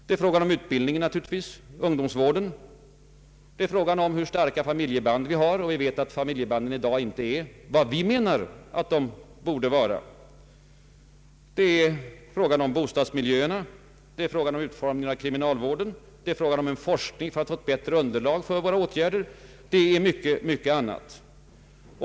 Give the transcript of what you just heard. Det gäller också utbildningen, ungdomsvården, hur starka familjeband vi har — och familjebanden i dag är inte vad vi menar att de borde vara. Det gäller också bostadsmiljöerna, utformningen av kriminalvården — vi behöver forskning för bättre underlag för våra åtgärder — och mycket annat.